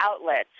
outlets